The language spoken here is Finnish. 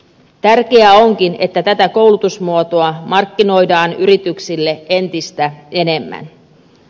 tärkeää onkin että tätä koulutusmuotoa markkinoidaan yrityksille entistä enemmän